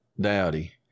Dowdy